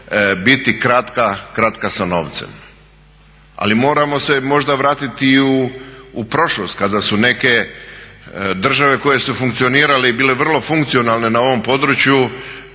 biti kratka sa novcem, ali moramo se možda vratiti i u prošlost kada su neke države koje su funkcionirale i bile vrlo funkcionalne na ovom području